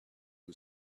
who